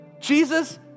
Jesus